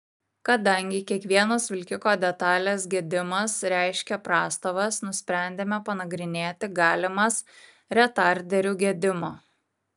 kadangi kiekvienos vilkiko detalės gedimas reiškia prastovas nusprendėme panagrinėti galimas retarderių gedimo